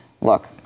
Look